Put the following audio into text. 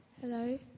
Hello